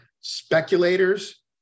speculators